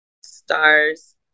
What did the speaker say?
stars